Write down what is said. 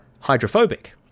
hydrophobic